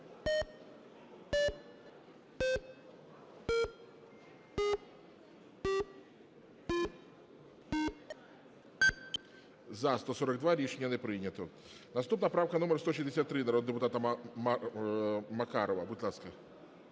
За-142 Рішення не прийнято. Наступна правка - номер 163, народного депутата Макарова. Будь ласка.